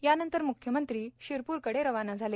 यानंतर म्ख्यमंत्री शिरपूर कडे रवाना झाले